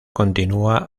continúa